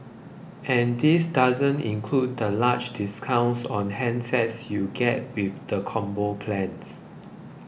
and this doesn't include the large discounts on handsets you get with the Combo plans